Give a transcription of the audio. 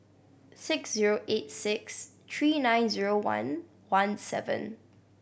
six zero eight six three nine zero one one seven